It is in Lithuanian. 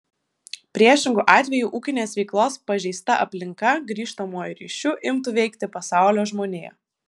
priešingu atveju ūkinės veiklos pažeista aplinka grįžtamuoju ryšiu imtų veikti pasaulio žmoniją